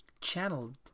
channeled